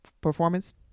performance